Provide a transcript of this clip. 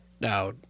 Now